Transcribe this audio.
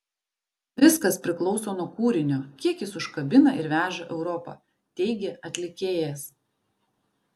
viskas priklauso nuo kūrinio kiek jis užkabina ir veža europa teigė atlikėjas